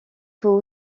faut